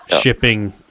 shipping